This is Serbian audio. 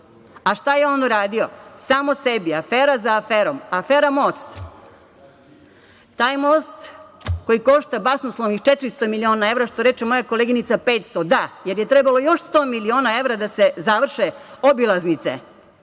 A, šta je on uradio? Samo sebi, afera za aferom. Afera „most“. Taj most koji košta basnoslovnih 400 miliona evra, što reče moja koleginica 500. Da, jer je trebalo još 100 miliona evra da se završe obilaznice,